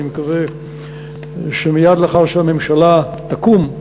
אני מקווה שמייד לאחר שהממשלה תקום,